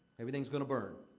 everything's gonna burn.